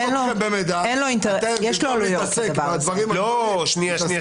במקום להתעסק בדברים הגדולים מתעסקים עם הקטנים.